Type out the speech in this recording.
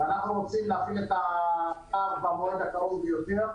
ואנחנו רוצים להפעיל את הקו במועד הקרוב ביותר.